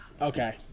Okay